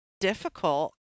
difficult